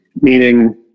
meaning